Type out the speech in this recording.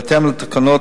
בהתאם לתקנות,